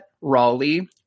Raleigh